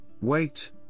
wait